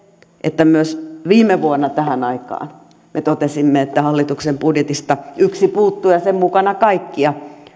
että myös viime vuonna tähän aikaan me totesimme että hallituksen budjetista yksi puuttuu ja ja sen mukana kaikki ja